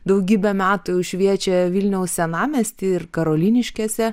daugybę metų jau šviečia vilniaus senamiesty ir karoliniškėse